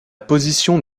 position